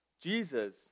Jesus